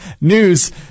news